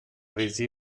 ریزی